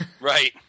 right